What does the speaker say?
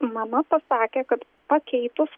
mama pasakė kad pakeitus